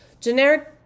Generic